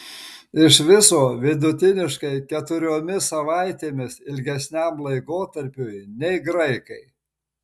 iš viso vidutiniškai keturiomis savaitėmis ilgesniam laikotarpiui nei graikai